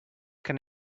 can